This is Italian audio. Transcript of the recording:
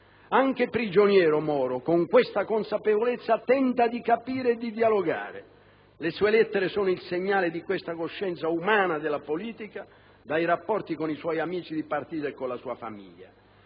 Anche da prigioniero Moro, con questa consapevolezza, tenta di capire e di dialogare. Le sue lettere sono segnate da questa coscienza umana della politica, dai rapporti con i suoi amici di partito e con la sua famiglia.